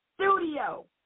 Studio